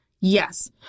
Yes